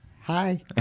Hi